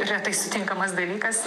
retai sutinkamas dalykas